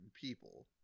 people